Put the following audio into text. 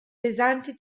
pesanti